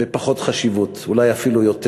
בפחות חשיבות, אולי אפילו יותר